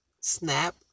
snap